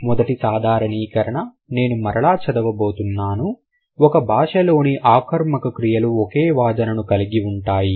మొదటి సాధారణీకరణ నేను మరలా చదవ బోతున్నాను ఒక భాషలోని ఆకర్మక క్రియలు ఒకే వాదనను కలిగి ఉంటాయి